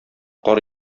кар